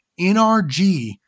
NRG